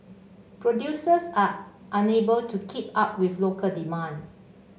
producers are unable to keep up with local demand